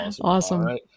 Awesome